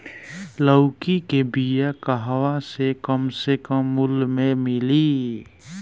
लौकी के बिया कहवा से कम से कम मूल्य मे मिली?